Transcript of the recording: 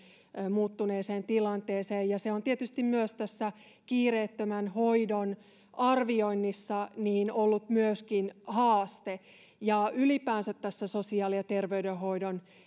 muuttuneeseen tilanteeseen se on tietysti myös tässä kiireettömän hoidon arvioinnissa ollut haaste ja ylipäänsä sosiaali ja terveydenhoidon